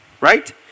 right